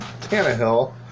Tannehill